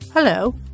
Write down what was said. Hello